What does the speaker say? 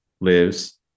lives